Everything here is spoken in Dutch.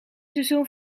seizoen